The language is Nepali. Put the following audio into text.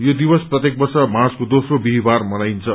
यो दिवस प्रत्येक वर्ष मार्चको दोस्रो विहीबार मनाहन्छ